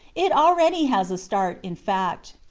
it already has a start, in fact.